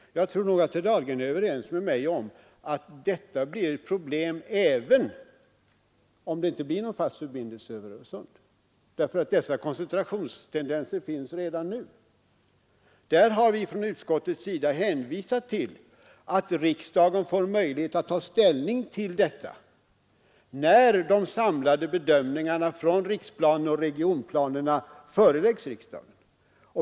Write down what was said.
Jag tror nog att herr Dahlgren är överens med mig om att detta blir ett problem, även om det inte blir någon fast förbindelse över Öresund, därför att dessa koncentrationstendenser finns redan nu. Utskottet har hänvisat till att riksdagen får möjlighet att ta ställning till detta, när de samlade bedömningarna från riksplan och regionplaner föreläggs riksdagen.